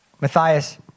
Matthias